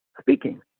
Speaking